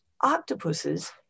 Octopuses